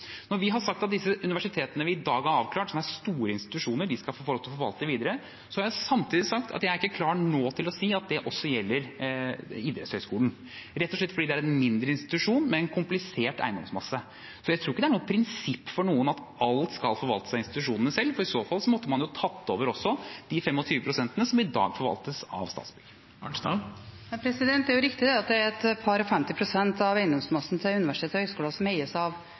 Når vi har sagt at de universitetene vi i dag har avklart, som er store institusjoner, skal få lov til å forvalte videre, har jeg samtidig sagt at jeg ikke nå er klar til å si at det også gjelder Norges idrettshøgskole, rett og slett fordi det er en mindre institusjon med en komplisert eiendomsmasse. Så jeg tror ikke det er et prinsipp for noen at alt skal forvaltes av institusjonene selv. I så fall måtte man jo ha overtatt de 25 pst. som i dag forvaltes av Statsbygg. Det er riktig at det er ca. 52 pst. av universitetenes og høyskolenes eiendomsmasse som forvaltes av